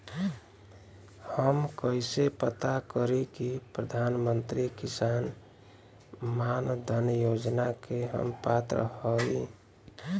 हम कइसे पता करी कि प्रधान मंत्री किसान मानधन योजना के हम पात्र हई?